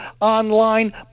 online